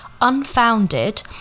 unfounded